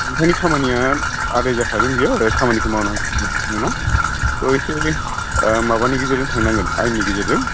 ओंखायनो खामानिया आदाय जाखागोन बियो आरो खामानिखौ मावनानै होनो मोना थ' माबानि गेजेरजों थांनांगोन आयेननि गेजेरजों